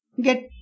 get